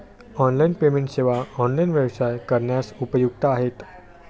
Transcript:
online payment सेवा online व्यवसाय करण्यास उपयुक्त आहेत